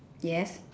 yes